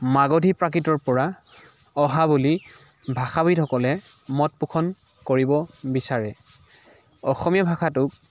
মগধী প্ৰাকৃতৰ পৰা অহা বুলি ভাষাবিদসকলে মত পোষণ কৰিব বিচাৰে অসমীয়া ভাষাটো